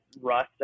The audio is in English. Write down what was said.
Rust